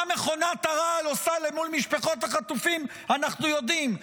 מה מכונת הרעל עושה מול משפחות החטופים אנחנו יודעים.